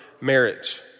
Marriage